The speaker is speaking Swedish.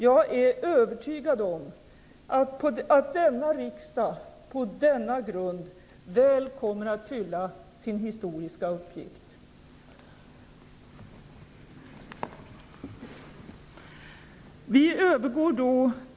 Jag är övertygad om att denna riksdag på denna grund väl kommer att fylla sin historiska uppgift.